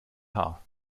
haar